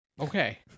Okay